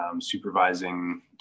supervising